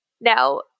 Now